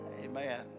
amen